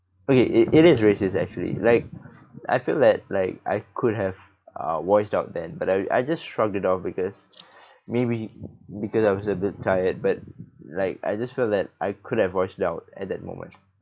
okay it it is racist actually like I feel that like I could have uh voiced out then but I I just shrugged it off because maybe because I was a bit tired but like I just felt that I could have voiced it out at that moment